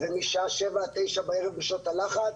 ומשעה 19:00 עד 21:00 בערב בשעות הלחץ.